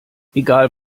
egal